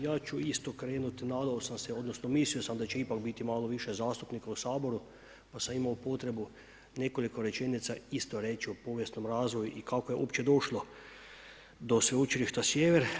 Ja ću isto krenuti, nadao sam se odnosno mislio sam da će ipak biti malo više zastupnika u Saboru pa sam imao potrebu nekoliko rečenica isto reći o povijesnom razdvoju i kako je uopće došlo do Sveučilišta Sjever.